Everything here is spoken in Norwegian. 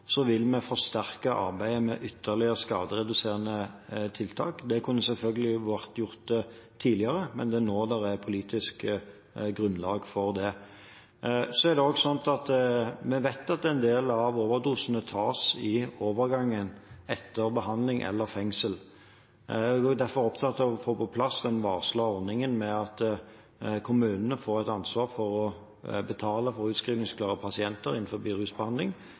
vil vi forsterke arbeidet med ytterligere skadereduserende tiltak. Det kunne selvfølgelig vært gjort tidligere, men det er nå det er politisk grunnlag for det. Så vet vi at en del av overdosene tas i overgangen etter behandling eller fengsel. Jeg er derfor opptatt av å få på plass den varslede ordningen med at kommunene får et ansvar for å betale for utskrivningsklare pasienter innen rusbehandling.